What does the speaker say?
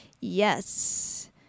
Yes